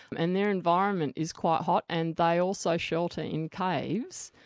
and their environment is quite hot, and they also shelter in caves,